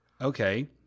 okay